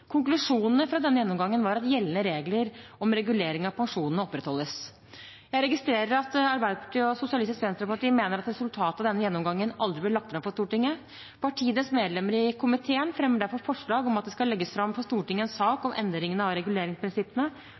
fra denne gjennomgangen var at gjeldende regler om regulering av pensjoner opprettholdes. Jeg registrerer at Arbeiderpartiet og Sosialistisk Venstreparti mener at resultatet av denne gjennomgangen aldri ble lagt fram for Stortinget. Partienes medlemmer i komiteen fremmer derfor forslag om at det skal legges fram for Stortinget en sak om endring av reguleringsprinsippene